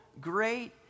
great